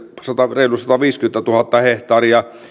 reilut sataviisikymmentätuhatta hehtaaria